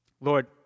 Lord